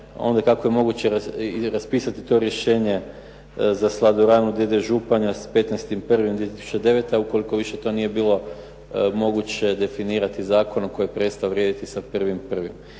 kako je moguće raspisati to rješenje za "Sladoranu d.d. Županja" s 15.01.2009. ukoliko više to nije bilo moguće definirati zakonom koji je prestao vrijediti sa 1.1.